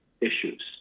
issues